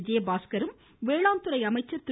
விஜயபாஸ்கரும் வேளாண்துறை அமைச்சர் திரு